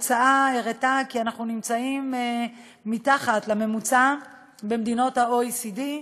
התוצאה הראתה כי אנחנו נמצאים מתחת לממוצע במדינות ה-OECD,